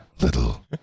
little